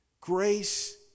Grace